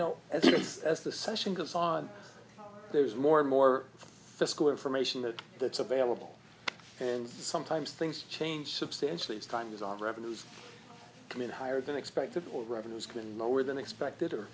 least as the session goes on there's more and more fiscal information that that's available and sometimes things change substantially as time goes on revenues commune higher than expected or revenues can lower than expected or